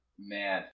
Man